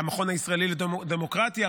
המכון הישראלי לדמוקרטיה,